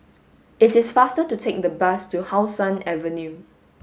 it is faster to take the bus to How Sun Avenue